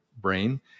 brain